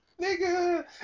Nigga